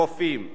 הרופאים והאחיות,